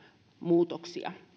muutoksia